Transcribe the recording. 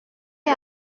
est